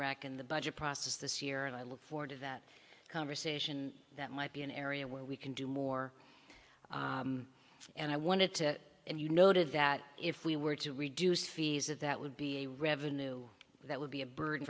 rec in the budget process this year and i look forward to that conversation that might be an area where we can do more and i wanted to and you noted that if we were to reduce fees that that would be a revenue that would be a burd